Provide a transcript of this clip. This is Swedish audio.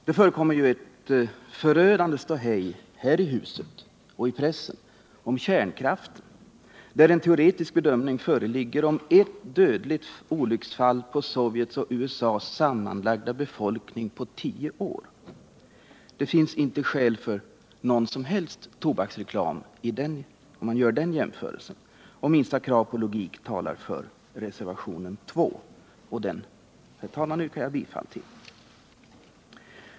Det är ett förödande ståhej här i huset och i pressen om kärnkraften, där en teoretisk bedömning föreligger om ett dödligt olycksfall bland Sovjets och USA:s sammanlagda befolkning på 10 år. Det finns inte skäl för någon som helst tobaksreklam om man gör den jämförelsen. Minsta krav på logik talar för reservationen 2, och jag yrkar bifall till den.